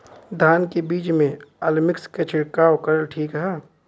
धान के बिज में अलमिक्स क छिड़काव करल ठीक ह?